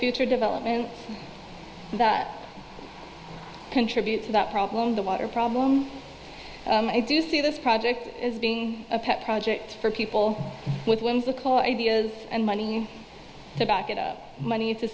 future development that contributes to that problem the water problem i do see this project as being a pet project for people with whimsical ideas and money to back it up money